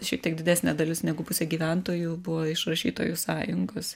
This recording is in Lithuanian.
šiek tiek didesnė dalis negu pusė gyventojų buvo iš rašytojų sąjungos